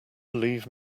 leave